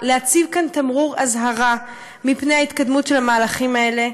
להציב כאן תמרור אזהרה מפני ההתקדמות של המהלכים האלה.